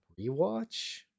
rewatch